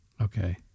Okay